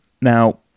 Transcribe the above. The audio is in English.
Now